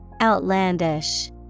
Outlandish